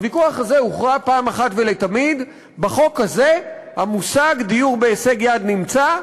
הוויכוח הזה הוכרע פעם אחת ולתמיד: בחוק הזה המושג דיור בהישג יד נמצא.